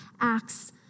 acts